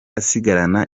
asigarana